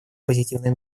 позитивной